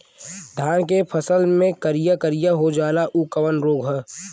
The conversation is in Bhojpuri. धान के फसल मे करिया करिया जो होला ऊ कवन रोग ह?